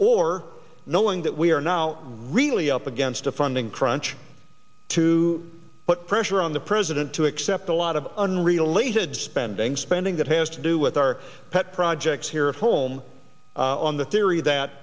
or knowing that we are now really up against a funding crunch to put pressure on the president to accept a lot of unrelated spending spending that has to do with our pet projects here at home on the theory that